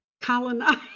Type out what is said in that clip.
colonize